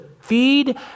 feed